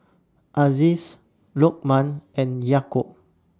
Aziz Lokman and Yaakob